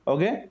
Okay